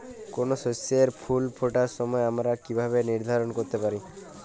কোনো শস্যের ফুল ফোটার সময় আমরা কীভাবে নির্ধারন করতে পারি?